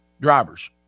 drivers